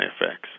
effects